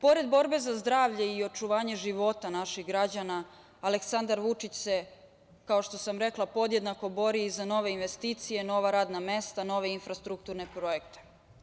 Pored borbe za zdravlje i očuvanje života naših građana Aleksandar Vučić se, kao što sam rekla, podjednako bori i za nove investicije, nova radna mesta, nove infrastrukturne projekte.